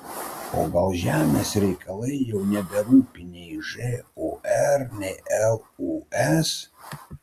o gal žemės reikalai jau neberūpi nei žūr nei lūs